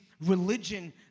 religion